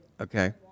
Okay